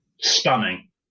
stunning